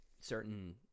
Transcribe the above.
certain